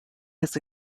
his